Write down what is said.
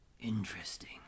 Interesting